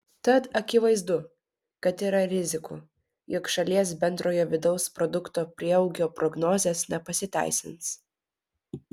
tad akivaizdu kad yra rizikų jog šalies bendrojo vidaus produkto prieaugio prognozės nepasiteisins